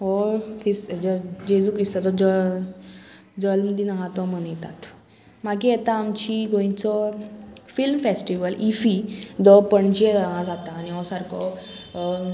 हो हेजो जेजू क्रिस्ताचो जल्मदीन आहा तो मनयतात मागीर येता आमची गोंयचो फिल्म फेस्टिवल इफी जो पणजे हांगा जाता आनी हो सारको